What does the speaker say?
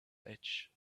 edge